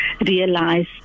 realize